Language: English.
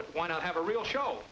it why not have a real show